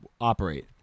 operate